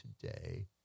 today